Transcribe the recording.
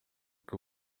que